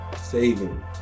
saving